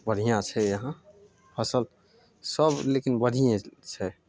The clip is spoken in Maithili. बढ़िआँ छै यहाँ आओर सब सब लेकिन बढ़िये छै